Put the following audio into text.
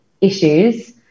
issues